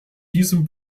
diesem